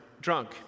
drunk